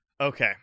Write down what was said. Okay